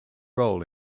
role